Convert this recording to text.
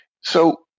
So-